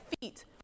feet